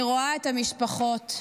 אני רואה את המשפחות יום-יום,